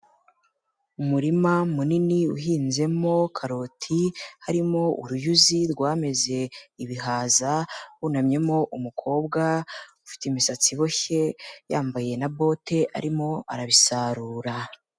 Umurima munini uhinzemo karoti, harimo uruyuzi rwameze ibihaza, wunamyemo umukobwa ufite imisatsi iboshye, yambaye na bote arimo arabisarura.